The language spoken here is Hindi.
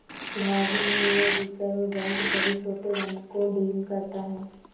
भारत में रिज़र्व बैंक सभी छोटे बैंक को डील करता है